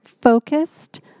focused